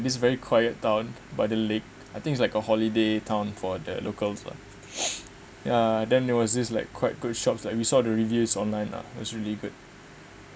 this very quiet town by the lake I think it's like a holiday town for the locals lah yeah then there was this like quite good shops like we saw the reviews online lah it was really good